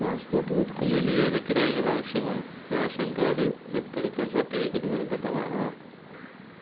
passport പുതുക്കുന്നതിന് ഏതൊക്കെ രേഖകളാവശ്യമാണ് റേഷൻ കാർഡ് ദത്തെടുക്കൽ സർട്ടിഫിക്കറ്റ് നിർബന്ധമാണോ